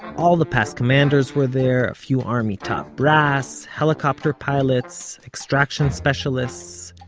all the past commanders were there, a few army top brass, helicopter pilots, extraction specialists.